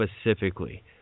specifically